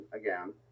again